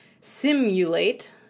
simulate